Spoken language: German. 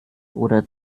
oder